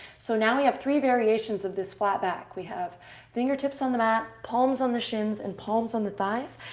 so now we have three variations of this flat back. we have fingertips on the mat, palms on the shins, and palms on the thighs.